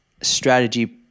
strategy